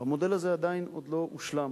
והמודל הזה עדיין לא הושלם.